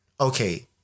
okay